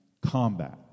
combat